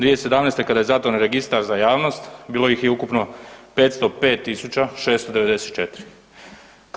2017. kada je zatvoren registar za javnost, bilo ih je ukupno 505 694.